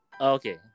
Okay